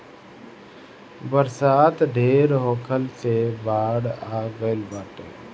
बरसात ढेर होखला से बाढ़ आ गइल बाटे